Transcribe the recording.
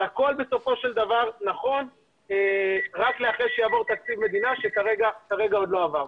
הכול בסופו של דבר נכון רק אחרי שיעבור תקציב מדינה שכרגע עוד לא עבר.